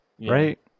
right